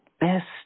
best